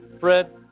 Fred